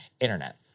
internet